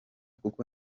kuko